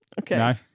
Okay